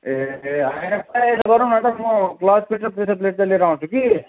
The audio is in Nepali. ए होइन यसो गरौँ न त की म क्लज प्लेट र प्रेसर प्लेट चाहिँ लिएर आउँछु कि